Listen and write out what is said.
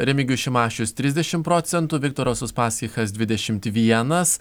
remigijus šimašius trisdešimt procentų viktoras uspaskichas dvidešimt vieną